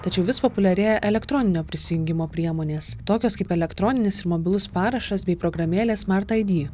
tačiau vis populiarėja elektroninio prisijungimo priemonės tokios kaip elektroninis ir mobilus parašas bei programėlė smart id